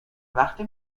وقتی